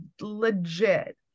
legit